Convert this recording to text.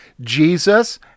Jesus